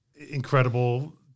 incredible